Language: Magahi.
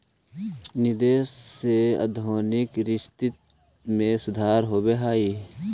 निवेश से औद्योगिक स्थिति में सुधार होवऽ हई